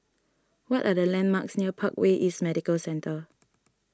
what are the landmarks near Parkway East Medical Centre